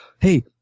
Hey